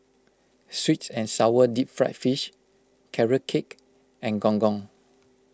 Sweet and Sour Deep Fried Fish Carrot Cake and Gong Gong